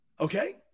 Okay